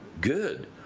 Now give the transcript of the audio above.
good